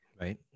Right